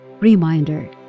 reminder